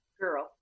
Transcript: Girl